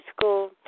school